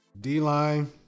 D-line